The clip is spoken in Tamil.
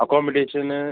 அக்காமடேஷன்னு